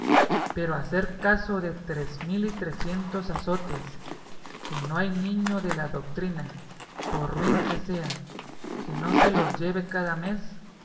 pero hacer caso de tres mil y trecientos azotes que no hay niño de la doctrina por ruin que sea que no se los lleve cada mes